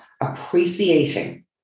appreciating